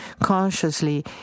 consciously